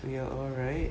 we are alright